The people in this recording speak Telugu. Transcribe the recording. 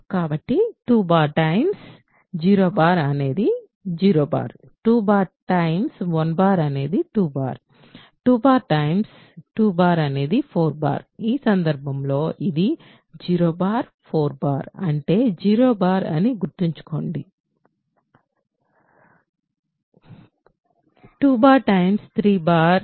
కాబట్టి 2 0 అనేది 0 2 1 అనేది 2 2 బార్ 2 అనేది 4 ఈ సందర్భంలో ఇది 0 4 అంటే 0 అని గుర్తుంచుకోండి 2 3 ఇ 6 ఇది 2